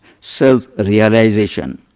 self-realization